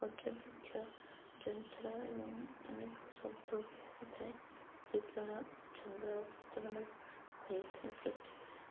ପର୍ଯ୍ୟବେକ୍ଷଣ ଯନ୍ତ୍ର ଏବଂ ଅନେକ ଶବ୍ଦ ବି ହୋଇଥାଏ ଯେତେବେଳେ ଚନ୍ଦ୍ର ଅବତରଣ ହୋଇଥାଏ ପୃଥିବୀରେ